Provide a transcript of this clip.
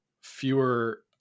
fewer